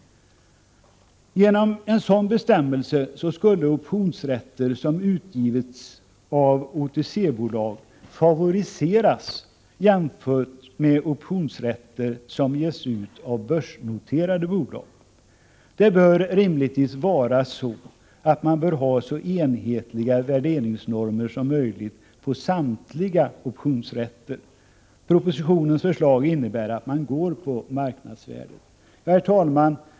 Genom en sådan bestämmelse skulle optionsrätter som ges ut av OTC-bolag favoriseras jämfört med optionsrätter som ges ut av börsnoterade bolag. Man bör rimligtvis ha så enhetliga värderingsnormer som möjligt för samtliga optionsrätter. Propositionens förslag innebär att man går på marknadsvärdet. Herr talman!